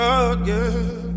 again